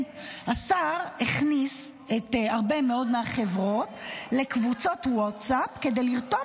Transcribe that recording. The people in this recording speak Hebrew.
השר הכניס הרבה מאוד מהחברות לקבוצות ווטסאפ כדי לרתום